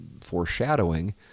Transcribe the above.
foreshadowing